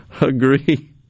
Agree